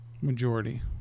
majority